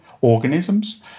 organisms